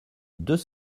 deux